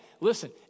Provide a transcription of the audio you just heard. Listen